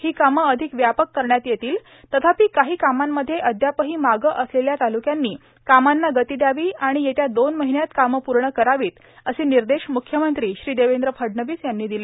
ही कामं अधिक व्यापक करण्यात येतील तथापि काही कामांमध्ये अद्यापही मागं असलेल्या तालुक्यांनी कामांना गती द्यावी आणि येत्या दोन महिन्यात कामं पूर्ण करावीत असे निर्देश म्रख्यमंत्री श्री देवेंद्र फडणवीस यांनी दिले